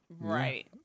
right